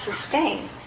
sustain